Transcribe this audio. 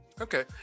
Okay